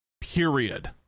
period